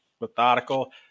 methodical